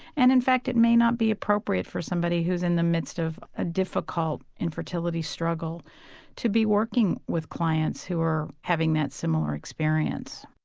and in fact it may not be appropriate for somebody who's in the midst of a difficult infertility struggle to be working with clients who are having that similar experience.